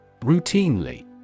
Routinely